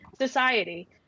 society